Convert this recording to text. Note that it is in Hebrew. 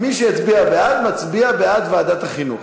מי שיצביע בעד, מצביע בעד ועדת החינוך.